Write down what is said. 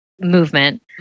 movement